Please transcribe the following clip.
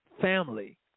family